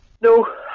No